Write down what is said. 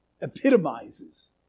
epitomizes